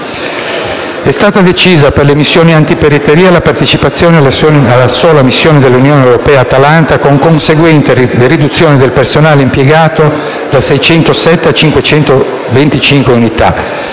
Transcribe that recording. È stata decisa, per le missioni antipirateria, la partecipazione alla sola missione dell'Unione europea Atalanta, con conseguente riduzione del personale impiegato, da 607 a 525 unità,